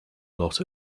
lot